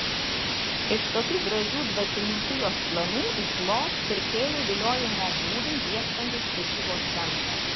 iš tokių gražių dvasininkijos planų išloš pirkėjų viliojimo būdų ieškantis prekybos centras